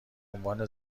عنوان